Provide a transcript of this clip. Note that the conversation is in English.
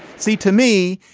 see, to me,